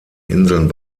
inseln